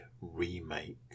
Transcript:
Remake